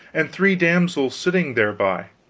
and three damsels sitting thereby.